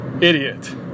idiot